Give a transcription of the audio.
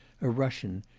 a russian,